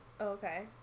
okay